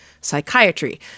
psychiatry